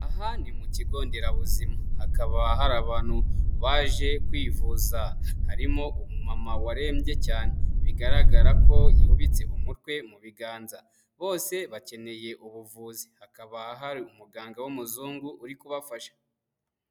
Aha ni mu kigo nderabuzima, hakaba hari abantu baje kwivuza, harimo umumama warembye cyane bigaragara ko yubitse umutwe mu biganza, bose bakeneye ubuvuzi, hakaba hari umuganga w'umuzungu uri kubafasha.